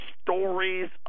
stories